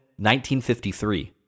1953